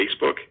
Facebook